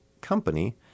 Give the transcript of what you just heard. company